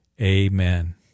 Amen